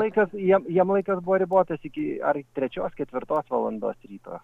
laikas jiem jiem laikas buvo ribotas iki ar trečios ketvirtos valandos ryto